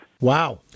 Wow